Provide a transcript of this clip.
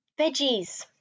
veggies